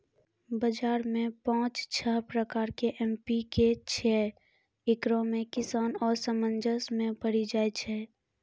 बाजार मे पाँच छह प्रकार के एम.पी.के छैय, इकरो मे किसान असमंजस मे पड़ी जाय छैय?